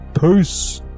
Peace